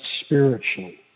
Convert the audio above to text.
spiritually